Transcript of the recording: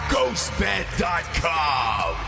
Ghostbed.com